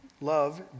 Love